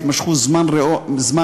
התמשכו זמן רב,